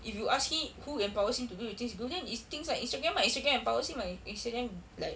if you ask me who empowers him to do the things he do then is things like Instagram ah Instagram empowers him lah Instagram like